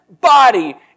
body